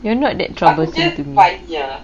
you're not that troublesome to me ah